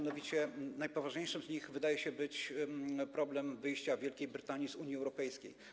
Najpoważniejszym z nich jest, wydaje się, problem wyjścia Wielkiej Brytanii z Unii Europejskiej.